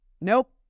nope